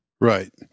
Right